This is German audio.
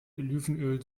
olivenöl